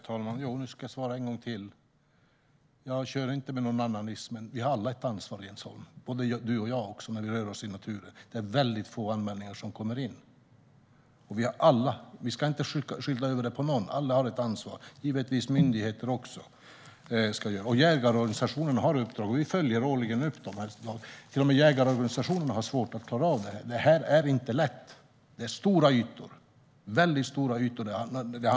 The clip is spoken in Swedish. Herr talman! Nu ska jag svara en gång till. Jag kör inte med nånannanismen. Vi - du och jag också - har alla ett ansvar när vi rör oss i naturen. Det är väldigt få anmälningar som kommer in. Vi ska inte skylla på någon. Alla har ett ansvar, givetvis också myndigheter. Jägarorganisationerna har uppdrag, och vi följer årligen upp dem. Till och med jägarorganisationerna har svårt att klara av detta. Det är inte lätt. Det handlar om väldigt stora ytor.